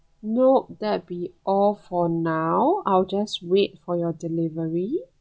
nope that'll be all for now I'll just wait for your delivery